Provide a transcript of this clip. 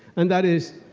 and that is,